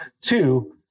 Two